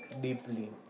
deeply